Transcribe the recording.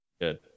good